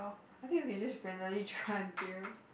I think we can just randomly try until